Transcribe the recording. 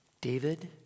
David